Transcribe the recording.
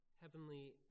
heavenly